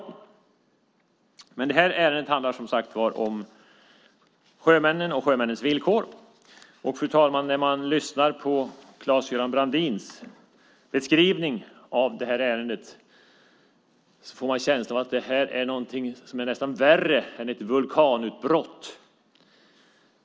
Men det här ärendet handlar som sagt om sjömännen och sjömännens villkor. Och, fru talman, när man lyssnar på Claes-Göran Brandins beskrivning av det här ärendet får man känslan av att det här är någonting som är nästan värre än ett vulkanutbrott.